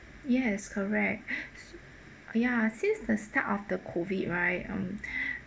yes correct ya since the start of the COVID right um